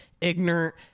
ignorant